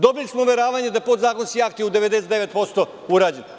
Dobili smo uveravanje da su podzakonski akti u 99% urađeni.